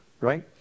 right